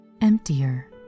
emptier